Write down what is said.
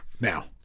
Now